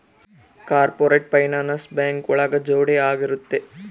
corporate finance bank ಒಳಗ ಜೋಡಿ ಆಗಿರುತ್ತೆ